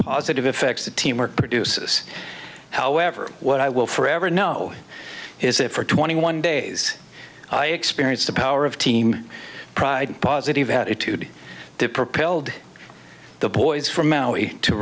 positive effects that teamwork produces however what i will forever know is that for twenty one days i experienced the power of team pride and positive attitude that propelled the boys from maui to